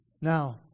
Now